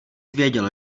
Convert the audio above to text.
věděl